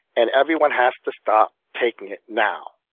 and everyone has to stop taking it now.